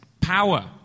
power